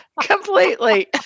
completely